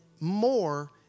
more